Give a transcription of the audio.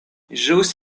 ĵus